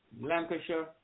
Lancashire